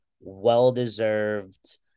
Well-deserved